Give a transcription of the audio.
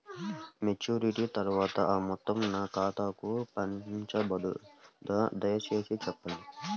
Maturity తర్వాత ఆ మొత్తం నా ఖాతాకు పంపబడుతుందా? దయచేసి చెప్పండి?